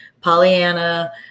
Pollyanna